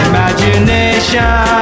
Imagination